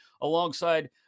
alongside